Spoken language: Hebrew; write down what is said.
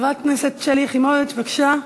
חברת הכנסת שלי יחימוביץ, בבקשה.